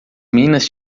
minas